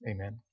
Amen